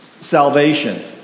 salvation